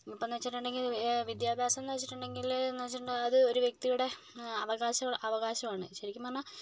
ഇപ്പോൾ എന്ന് വെച്ചിട്ടുണ്ടെങ്കിൽ വിദ്യാഭ്യാസം എന്ന് വെച്ചിട്ടുണ്ടെങ്കിൽ എന്ന് വെച്ചിട് അത് ഒരു വ്യക്തിയുടെ അവകാശാ അവകാശമാണ് ശരിക്കും പറഞ്ഞാൽ